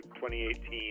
2018